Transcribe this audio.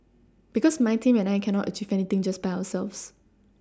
because my team and I cannot achieve anything just by ourselves